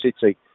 City